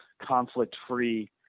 conflict-free